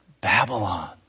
Babylon